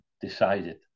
decided